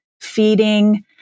feeding